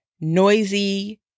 noisy